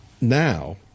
now